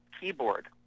keyboard